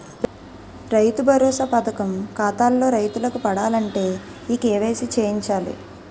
రైతు భరోసా పథకం ఖాతాల్లో రైతులకు పడాలంటే ఈ కేవైసీ చేయించాలి